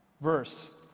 verse